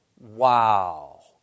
Wow